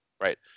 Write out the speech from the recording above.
right